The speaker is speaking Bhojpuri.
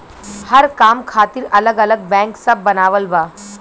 हर काम खातिर अलग अलग बैंक सब बनावल बा